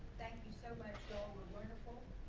thank you so much, y'all were like